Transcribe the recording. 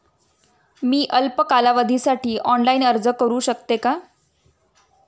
मी अल्प कालावधीसाठी ऑनलाइन अर्ज करू शकते का?